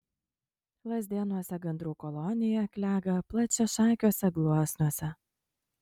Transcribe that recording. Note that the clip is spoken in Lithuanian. lazdėnuose gandrų kolonija klega plačiašakiuose gluosniuose